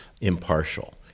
impartial